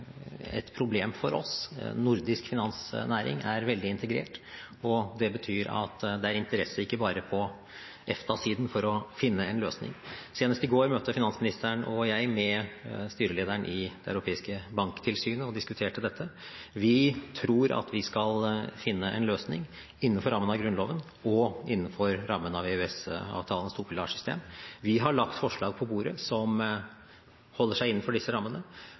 på EFTA-siden for å finne en løsning. Senest i går møtte finansministeren og jeg styrelederen i Det europeiske banktilsynet og diskuterte dette. Vi tror at vi skal finne en løsning innenfor rammen av Grunnloven og innenfor rammen av EØS-avtalens topilarsystem. Vi har lagt forslag på bordet som holder seg innenfor disse rammene,